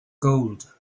gold